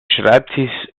schreibtisch